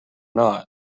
not